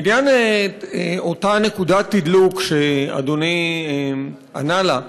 בעניין אותה נקודת תדלוק שאדוני ענה עליה,